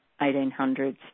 1800s